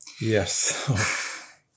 Yes